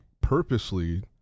purposely